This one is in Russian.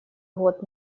год